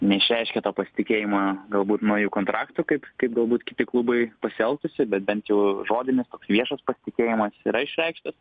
neišreiškė to pasitikėjimo galbūt nauju kontraktu kaip kaip galbūt kiti klubai pasielgųsi bet bent jau žodinis toks viešas pasitikėjimas yra išreikštas